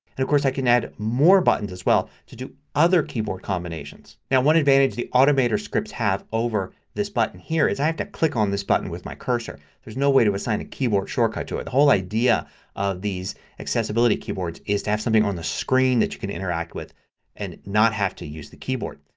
and of course i can add more buttons as well to do other keyboard combinations. now one advantage the automator scripts have over this button here is i have to click on this button with the cursor. there's no way to assign a keyboard shortcut to it. the whole idea of these accessibility keyboards is to have something on the screen that you can interact with and not have to use the keyboard.